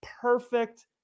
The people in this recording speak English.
perfect